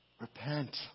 Repent